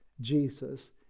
Jesus